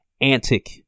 antic